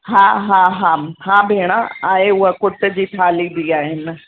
हा हा हा हा भेण आहे उहा कुट जी थाली बि आहिनि